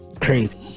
crazy